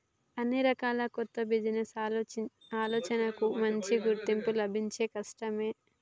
అన్ని రకాల కొత్త బిజినెస్ ఆలోచనలకూ మంచి గుర్తింపు లభించడం కష్టమే